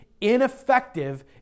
ineffective